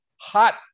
hot